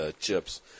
chips